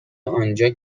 آنجا